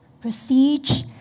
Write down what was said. prestige